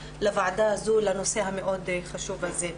לוועדה הזו לדיון בנושא החשוב מאוד הזה.